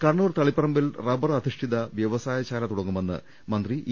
കണ്ണൂർ തളിപ്പറമ്പിൽ റബ്ബർ അധിഷ്ഠിത വ്യവസായശാല തുടങ്ങുമെന്ന് മന്ത്രി ഇ